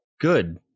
Good